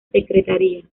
secretaría